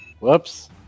Whoops